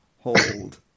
Hold